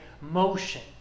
motion